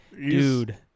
dude